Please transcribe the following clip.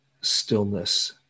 stillness